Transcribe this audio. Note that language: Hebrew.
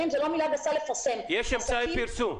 יש אמצעי פרסום.